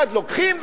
אחד לוקחים,